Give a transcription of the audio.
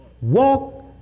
walk